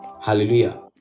hallelujah